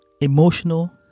emotional